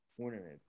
tournament